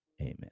Amen